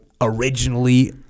originally